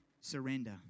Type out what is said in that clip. surrender